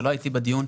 שלא הייתי בדיון,